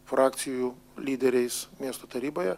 frakcijų lyderiais miesto taryboje